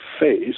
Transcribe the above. face